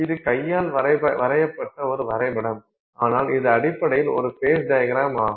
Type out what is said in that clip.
இது கையால் வரையப்பட்ட ஒரு வரைபடம் ஆனால் இது அடிப்படையில் ஒரு ஃபேஸ் டையக்ரம் ஆகும்